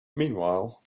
meanwhile